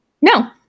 No